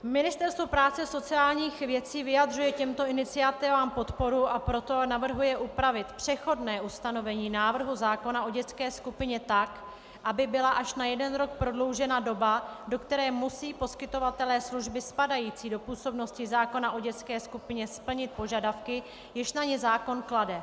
Ministerstvo práce a sociálních věcí vyjadřuje těmto iniciativám podporu, a proto navrhuje upravit přechodné ustanovení návrhu zákona o dětské skupině tak, aby byla až na jeden rok prodloužena doba, do které musí poskytovatelé služby spadající do působnosti zákona o dětské skupině splnit požadavky, jež na ně zákon klade.